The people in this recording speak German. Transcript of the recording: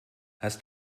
hast